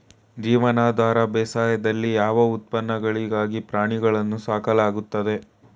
ಜೀವನಾಧಾರ ಬೇಸಾಯದಲ್ಲಿ ಯಾವ ಉತ್ಪನ್ನಗಳಿಗಾಗಿ ಪ್ರಾಣಿಗಳನ್ನು ಸಾಕಲಾಗುತ್ತದೆ?